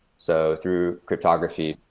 so through cryptography,